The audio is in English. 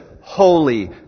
holy